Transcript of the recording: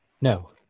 No